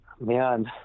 man